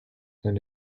and